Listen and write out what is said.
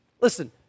listen